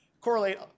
correlate